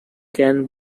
can